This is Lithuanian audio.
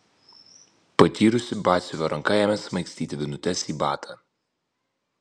patyrusi batsiuvio ranka ėmė smaigstyti vinutes į batą